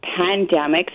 pandemics